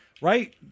Right